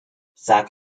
sag